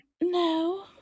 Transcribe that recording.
No